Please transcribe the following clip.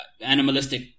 animalistic